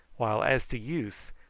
while as to use,